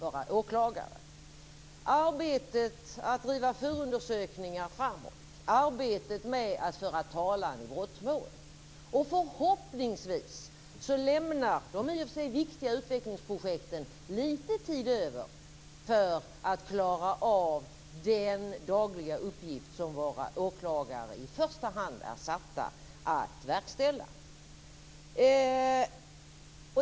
Det är arbetet att driva förundersökningar framåt, arbetet med att föra talan i brottmål. Förhoppningsvis lämnar de i och för sig viktiga utvecklingsprojekten lite tid över för att klara av den dagliga uppgift som våra åklagare i första hand är satta att verkställa.